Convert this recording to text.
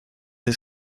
his